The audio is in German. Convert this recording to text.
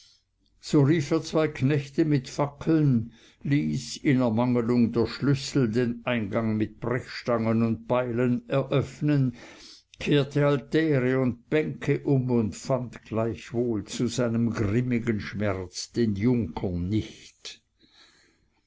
so rief er zwei knechte mit fackeln ließ in ermangelung der schlüssel den eingang mit brechstangen und beilen eröffnen kehrte altäre und bänke um und fand gleichwohl zu seinem grimmigen schmerz den junker nicht